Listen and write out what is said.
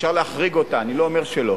אפשר להחריג אותה, אני לא אומר שלא.